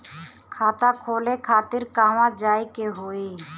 खाता खोले खातिर कहवा जाए के होइ?